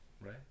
Right